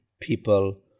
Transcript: people